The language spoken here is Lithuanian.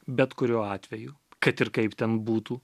bet kuriuo atveju kad ir kaip ten būtų